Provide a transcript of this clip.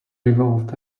revolved